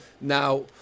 Now